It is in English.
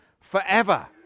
forever